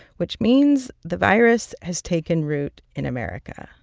which means the virus has taken root in america.